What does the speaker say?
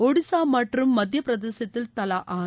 ஒடிசா மற்றும் மத்திய பிரதேசத்தில் தலா ஆறு